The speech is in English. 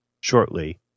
shortly